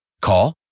Call